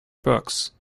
books